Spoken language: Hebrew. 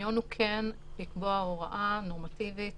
הרעיון הוא כן לקבוע הוראה נורמטיבית